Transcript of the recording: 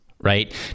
right